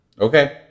okay